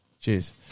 Cheers